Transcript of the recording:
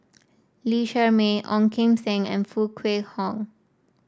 Lee Shermay Ong Kim Seng and Foo Kwee Horng